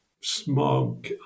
smug